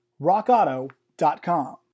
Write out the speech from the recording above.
Rockauto.com